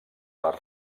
les